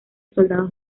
soldados